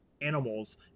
animals